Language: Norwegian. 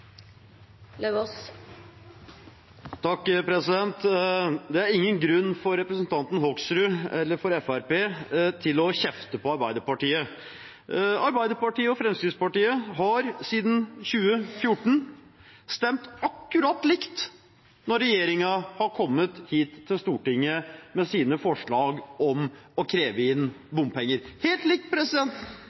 Det er ingen grunn for representanten Hoksrud eller Fremskrittspartiet til å kjefte på Arbeiderpartiet. Arbeiderpartiet og Fremskrittspartiet har siden 2014 stemt akkurat likt når regjeringen har kommet hit til Stortinget med sine forslag om å kreve inn bompenger. Helt likt